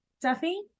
Duffy